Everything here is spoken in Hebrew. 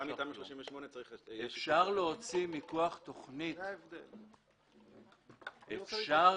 גם מתמ"א 38. אפשר